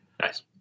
nice